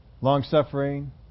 long-suffering